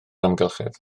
amgylchedd